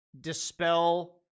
Dispel